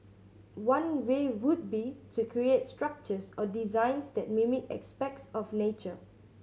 one way would be to create structures or designs that mimic aspects of nature